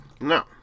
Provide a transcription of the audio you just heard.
No